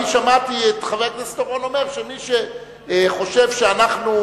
אני שמעתי את חבר הכנסת אורון אומר שמי שחושב שאנחנו